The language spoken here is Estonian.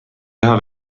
teha